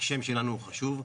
השם שלנו הוא חשוב,